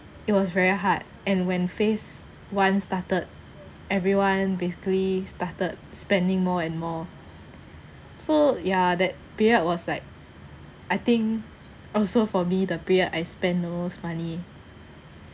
it was very hard and when phase one started everyone basically started spending more and more so yeah that period was like I think also for me the period I spend the most money